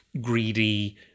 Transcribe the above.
greedy